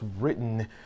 written